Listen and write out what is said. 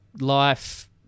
life